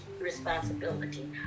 responsibility